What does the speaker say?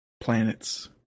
planets